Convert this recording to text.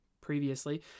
Previously